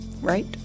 right